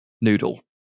noodle